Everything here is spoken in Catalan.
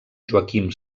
joaquim